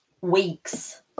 weeks